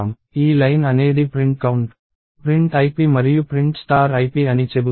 ఈ లైన్ అనేది print count print ip మరియు ప్రింట్ ip అని చెబుతోంది